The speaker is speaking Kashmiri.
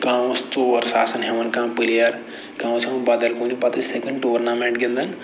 کانٛہہ اوس ژور ساسَن ہٮ۪وان کانہہ پٕلیر کانٛہہ اوس ہٮ۪وان بدل کُنہِ پَتہٕ ٲسۍ یِتھَے کٔٹھۍ ٹورنَمٮ۪نٹ گِندان